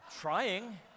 Trying